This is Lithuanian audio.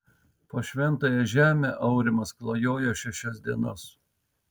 po šventąją žemę aurimas klajojo šešias dienas